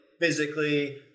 physically